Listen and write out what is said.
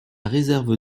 réserve